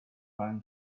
ran